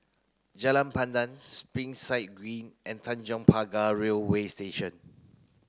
Jalan Pandan Springside Green and Tanjong Pagar Railway Station